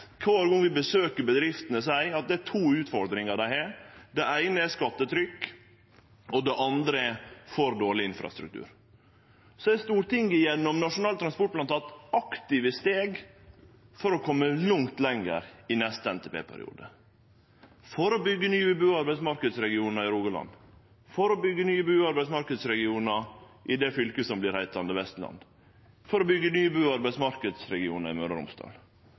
kvar gong vi besøkjer dei, at det er to utfordringar dei har: Det eine er skattetrykk, og det andre er for dårleg infrastruktur. Så har Stortinget gjennom Nasjonal transportplan teke aktive steg for å kome langt lenger i neste NTP-periode – for å byggje nye bu- og arbeidsmarknadsregionar i Rogaland, for å byggje nye bu- og arbeidsmarknadsregionar i det fylket som vert heitande Vestland, for å byggje nye bu- og arbeidsmarknadsregionar i Møre og Romsdal.